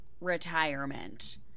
retirement